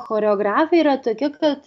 choreografija yra tokia kad